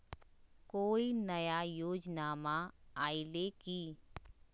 कोइ नया योजनामा आइले की?